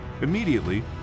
Immediately